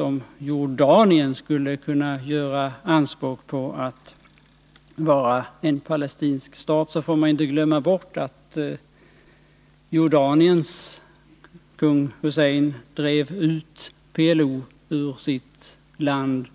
Om Jordanien skulle kunna göra anspråk på att vara en palestinsk stat, får man inte glömma bort att Jordaniens kung Hussein under ett tidigare skede drev ut PLO ur sitt land.